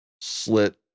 slit